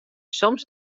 soms